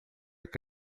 que